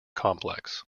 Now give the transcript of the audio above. complex